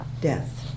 death